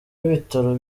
w’ibitaro